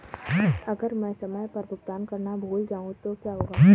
अगर मैं समय पर भुगतान करना भूल जाऊं तो क्या होगा?